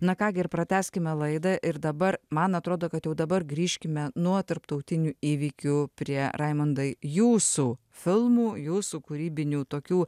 na ką gi ir pratęskime laidą ir dabar man atrodo kad jau dabar grįžkime nuo tarptautinių įvykių prie raimundai jūsų filmų jūsų kūrybinių tokių